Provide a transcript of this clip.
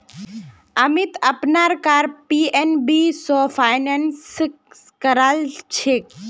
अमीत अपनार car PNB स finance करालछेक